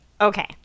okay